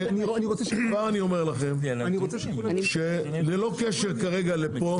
כבר אני אומר לכם שללא קשר לפה,